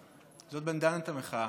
זאת בנדנת המחאה.